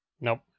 Nope